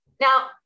Now